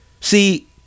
See